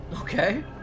Okay